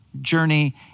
journey